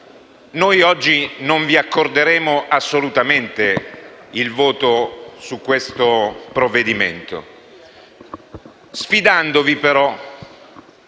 Noi oggi non vi accorderemo assolutamente il voto su questo provvedimento, sfidandovi però,